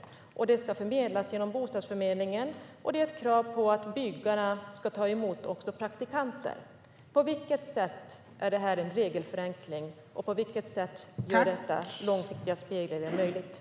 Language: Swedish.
Lägenheterna ska förmedlas genom Bostadsförmedlingen. Och det finns ett krav på att byggarna ska ta emot praktikanter. På vilket sätt är detta en regelförenkling, och på vilket sätt gör detta långsiktiga spelregler möjliga?